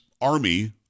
army